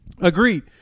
Agreed